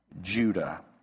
Judah